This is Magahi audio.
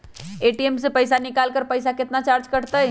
ए.टी.एम से पईसा निकाले पर पईसा केतना चार्ज कटतई?